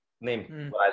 name